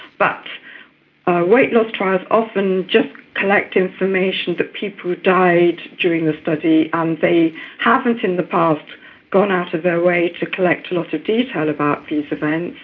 but weight loss trials often just collect information that people died during the study and they haven't in the past gone out of their way to collect a lot of detail about these events.